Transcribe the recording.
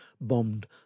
bombed